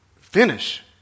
finish